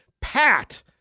Pat